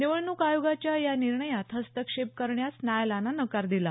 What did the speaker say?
निवडणूक आयोगाच्या या निर्णयात हस्तक्षेप करण्यास न्यायालयानं नकार दिला